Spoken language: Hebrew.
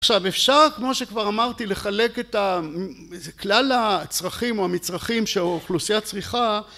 עכשיו אפשר כמו שכבר אמרתי לחלק את כלל הצרכים או המצרכים שהאוכלוסייה צריכה